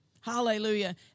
hallelujah